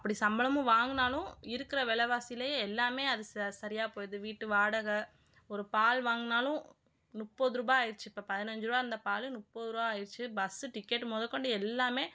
அப்படி சம்பளமும் வாங்கினாலும் இருக்கிற விலவாசிலே எல்லாமே அது ச சரியாக போய்டுது வீட்டு வாடகை ஒரு பால் வாங்கினாலும் முப்பதுரூபா ஆயிருச்சு இப்போ பதினஞ்சிரூபா இருந்த பால் முப்பதுரூவா ஆயிருச்சு பஸ்ஸு டிக்கெட்டு முதக்கொண்டு எல்லாமே